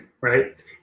right